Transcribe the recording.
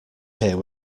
here